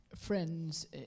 friends